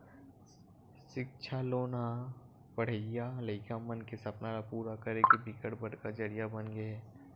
सिक्छा लोन ह पड़हइया लइका मन के सपना ल पूरा करे के बिकट बड़का जरिया बनगे हे